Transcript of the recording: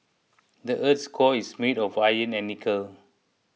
the earth's core is made of iron and nickel